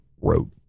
wrote